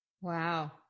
wow